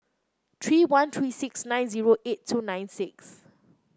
three one three six nine zero eight two nine six